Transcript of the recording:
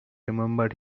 remembered